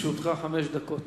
בבקשה, לרשותך חמש דקות.